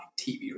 TV